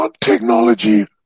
technology